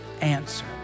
answer